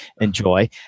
enjoy